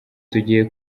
tugiye